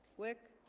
wick